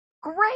Great